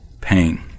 pain